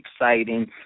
exciting